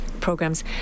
programs